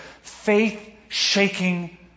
faith-shaking